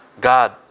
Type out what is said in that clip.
God